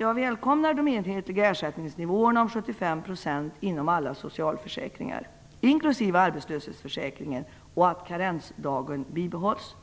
Jag välkomnar de enhetliga ersättningsnivåerna om 75 % inom alla socialförsäkringar, inklusive arbetslöshetsförsäkringen, och att karensdagen bibehålls.